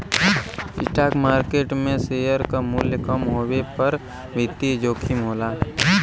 stock market में share क मूल्य कम होये पर वित्तीय जोखिम होला